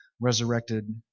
resurrected